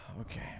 Okay